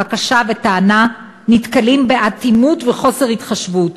בקשה וטענה נתקלים באטימות וחוסר התחשבות.